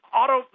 auto